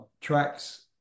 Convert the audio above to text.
tracks